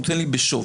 הוא נותן לי בשווי.